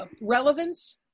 relevance